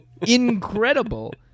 incredible